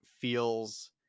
feels